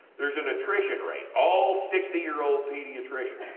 theres an attrition rate. all sixty year old paediatricians